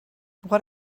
what